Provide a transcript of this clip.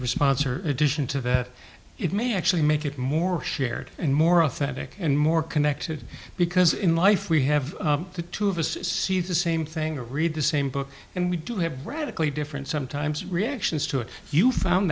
response or addition to that it may actually make it more shared and more authentic and more connected because in life we have the two of us see the same thing or read the same book and we do have radically different sometimes reactions to it you found